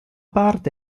parte